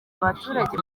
abaturage